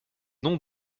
nom